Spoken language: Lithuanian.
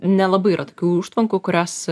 nelabai yra tokių užtvankų kurias